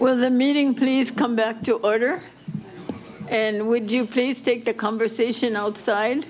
where the meeting please come back to order and would you please take the conversation outside